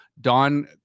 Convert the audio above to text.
Don